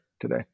today